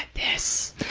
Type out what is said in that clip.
this.